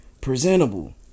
presentable